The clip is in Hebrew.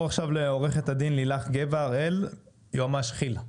עו"ד לילך גבע הראל, יועמ"ש כי"ל.